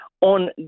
on